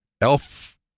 elf